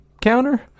counter